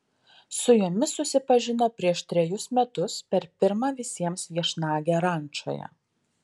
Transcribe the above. su jomis susipažino prieš trejus metus per pirmą visiems viešnagę rančoje